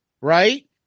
right